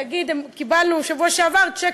נגיד, קיבלנו בשבוע שעבר צ'ק,